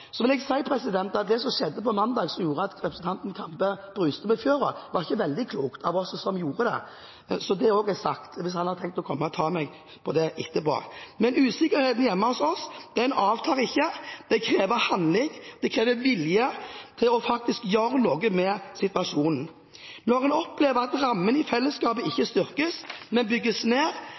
Så vil jeg si at det som skjedde på mandag som gjorde at representanten Kambe bruste med fjørene, var ikke veldig klokt av oss som gjorde det – så er det også sagt, dersom han har tenkt å komme og ta meg på det etterpå. Men usikkerheten hjemme hos oss avtar ikke. Det krever handling. Det krever vilje til faktisk å gjøre noe med situasjonen. Når en opplever at rammene i fellesskapet ikke styrkes, men bygges ned,